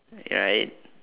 right